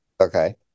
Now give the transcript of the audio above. okay